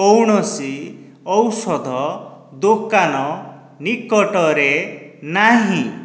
କୌଣସି ଔଷଧ ଦୋକାନ ନିକଟରେ ନାହିଁ